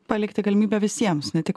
palikti galimybę visiems ne tik